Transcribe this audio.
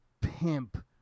pimp